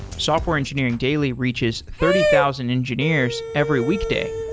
software engineering daily reaches thirty thousand engineers every weekday,